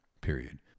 Period